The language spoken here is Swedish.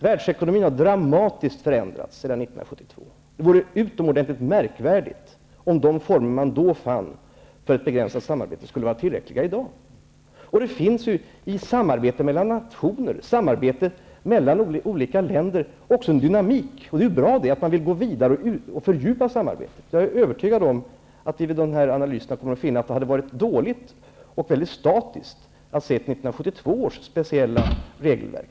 Världsekonomin har dramatiskt förändrats sedan 1972. Det vore utomordentligt märkvärdigt om de former man då fann för att begränsa samarbetet skulle vara tillräckliga i dag. Det finns i samarbetet mellan nationer en dynamik. Det är bra att man vill gå vidare och fördjupa samarbetet. Jag är övertygad om att vi med dessa analyser kommer att finna att det hade varit dåligt och statiskt att se till 1972 års speciella regelverk.